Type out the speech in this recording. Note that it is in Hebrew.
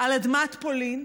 על אדמת פולין,